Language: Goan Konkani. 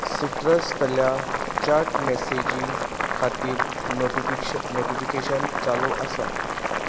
सिट्रस तल्या चॅट मॅसेजी खातीर नोटिफिक्श नोटिफिकेशन चालू आसा